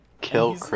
kill